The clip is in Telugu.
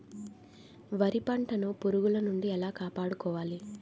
వరి పంటను పురుగుల నుండి ఎలా కాపాడుకోవాలి?